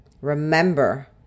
remember